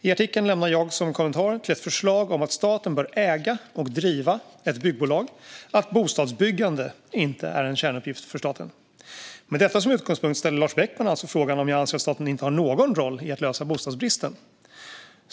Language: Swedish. I artikeln anför jag, som kommentar till ett förslag om att staten bör äga och driva ett byggbolag, att bostadsbyggande inte är en kärnuppgift för staten. Med detta som utgångspunkt ställer Lars Beckman alltså frågan om jag anser att staten inte har någon roll i att lösa bostadsbristen.